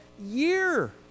year